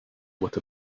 what